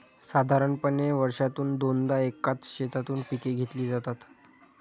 साधारणपणे वर्षातून दोनदा एकाच शेतातून पिके घेतली जातात